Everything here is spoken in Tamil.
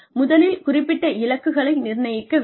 முதலில் குறிப்பிட்ட இலக்குகளை நிர்ணயிக்க வேண்டும்